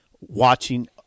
watching